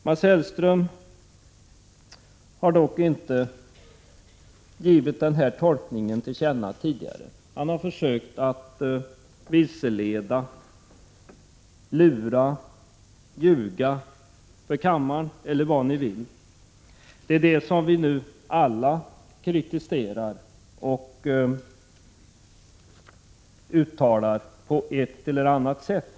Mats Hellström har dock inte givit denna tolkning till känna tidigare. Han har försökt att vilseleda, lura och ljuga för kammaren. Det är detta som nu samtliga partier i konstitutionsutskottet kritiserar och uttalar på ett eller annat sätt.